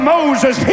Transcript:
Moses